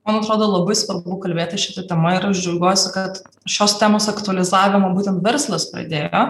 man atrodo labai svarbu kalbėtis šita tema ir aš džiaugiuosi kad šios temos aktualizavimą būtent verslas padėjo